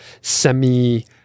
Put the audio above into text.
semi-